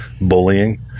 bullying